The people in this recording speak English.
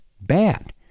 bad